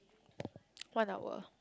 one hour